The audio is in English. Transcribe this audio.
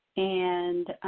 and